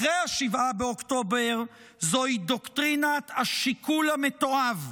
אחרי 7 באוקטובר זוהי דוקטרינת השיקול המתועב,